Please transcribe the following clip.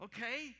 Okay